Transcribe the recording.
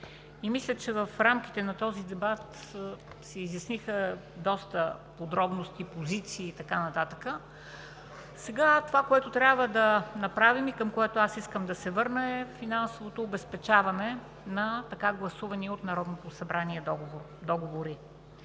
и мисля, че в рамките на този дебат се изясниха доста подробности, позиции и така нататък, сега това, което трябва да направим и към което аз искам да се върна, е финансовото обезпечаване на така гласуваните от Народното събрание договори.